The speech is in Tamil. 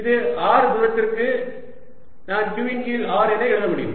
இது r தூரத்திற்கு நான் q இன் கீழ் r என எழுத முடியும்